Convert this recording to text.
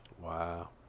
Wow